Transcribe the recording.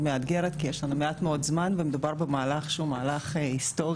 כי יש לנו מעט מאוד זמן ומדובר במהלך שהוא מהלך היסטורי,